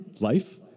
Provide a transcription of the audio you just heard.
Life